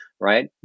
right